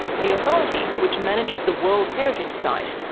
the authority, which manages the world heritage site,